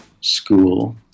school